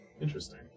Interesting